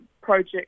project